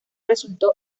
resultó